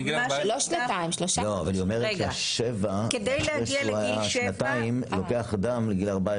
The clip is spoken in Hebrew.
היא אומרת שאחרי שנתיים שבהן הוא היה לוקח דם לגיל 14